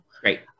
great